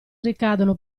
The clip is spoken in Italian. ricadono